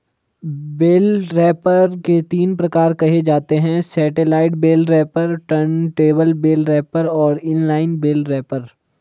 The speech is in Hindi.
बेल रैपर के तीन प्रकार कहे जाते हैं satellite bale wrapper, turntable bale wrapper और इन लाइन बेल रैपर